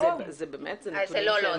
לא, לא.